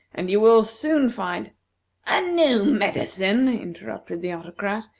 and you will soon find a new medicine? interrupted the autocrat,